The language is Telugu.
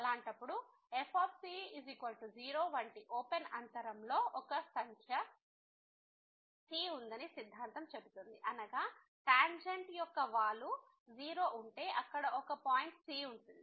అలాంటప్పుడు fc0 వంటి ఓపెన్ అంతరం a b లో ఒక సంఖ్య c ఉందని సిద్ధాంతం చెబుతుంది అనగా టాంజెంట్ యొక్క వాలు 0 ఉంటే అక్కడ ఒక పాయింట్ c ఉంటుంది